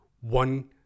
one